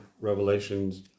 Revelations